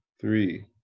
three